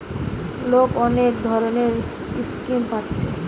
লোক অনেক ধরণের স্কিম পাচ্ছে